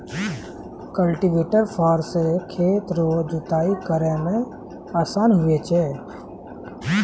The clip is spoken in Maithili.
कल्टीवेटर फार से खेत रो जुताइ करै मे आसान हुवै छै